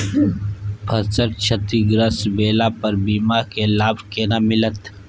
फसल क्षतिग्रस्त भेला पर बीमा के लाभ केना मिलत?